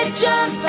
jump